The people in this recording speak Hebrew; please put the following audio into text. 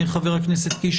חבר הכנסת קיש,